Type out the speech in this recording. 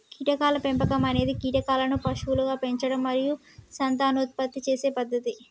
కీటకాల పెంపకం అనేది కీటకాలను పశువులుగా పెంచడం మరియు సంతానోత్పత్తి చేసే పద్ధతి